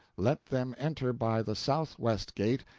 let them enter by the southwest gate,